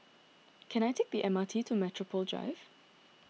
can I take the M R T to Metropole Drive